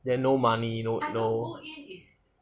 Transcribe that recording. then no money no no